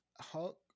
Hulk